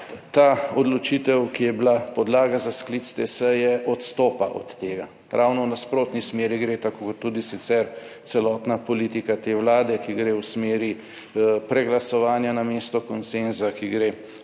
ta odločitev, ki je bila podlaga za sklic te seje odstopa od tega. Ravno v nasprotni smeri, gre tako kot tudi sicer celotna politika te Vlade, ki gre v smeri preglasovanja namesto konsenza, ki gre v